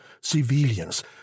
civilians